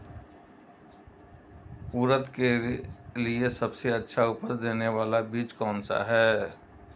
उड़द के लिए सबसे अच्छा उपज देने वाला बीज कौनसा है?